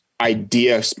idea